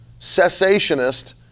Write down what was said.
cessationist